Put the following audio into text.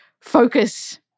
focus